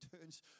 turns